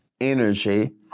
energy